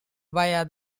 via